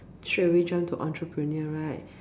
straightaway jump to entrepreneur right